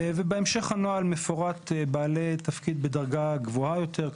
בהמשך הנוהל מפורט בעלי תפקיד בדרגה גבוהה יותר,